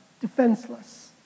defenseless